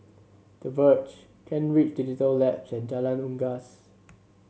The Verge Kent Ridge Digital Labs and Jalan Unggas